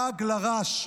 לעג לרש.